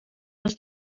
dass